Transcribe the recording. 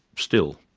still,